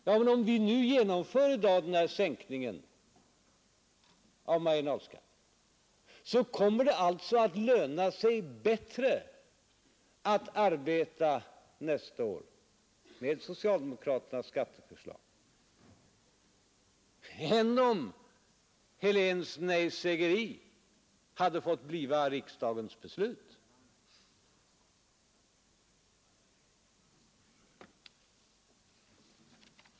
Ja, men om vi nu i dag genomför denna sänkning av marginalskatten, kommer det alltså att löna sig bättre att arbeta nästa år med socialdemokraternas skatteförslag än om herr Heléns nejsägeri hade fått bli riksdagens beslut.